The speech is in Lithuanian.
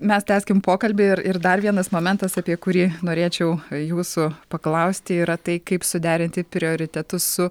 mes tęskim pokalbį ir ir dar vienas momentas apie kurį norėčiau jūsų paklausti yra tai kaip suderinti prioritetus su